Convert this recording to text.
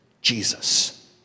Jesus